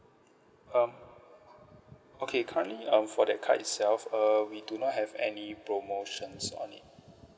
um okay currently um for that card itself uh we do not have any promotions on it